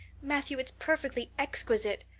matthew, it's perfectly exquisite.